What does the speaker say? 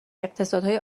اقتصادهای